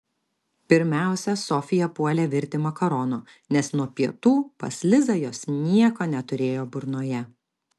pirmiausia sofija puolė virti makaronų nes nuo pietų pas lizą jos nieko neturėjo burnoje